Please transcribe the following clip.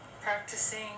Practicing